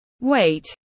weight